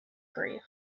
grief